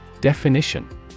Definition